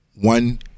one